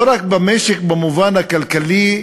לא רק במשק במובן הכלכלי,